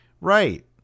Right